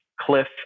Cliff